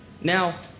Now